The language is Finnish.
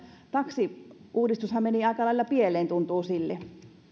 taksiuudistushan meni aika lailla pieleen tuntuu sille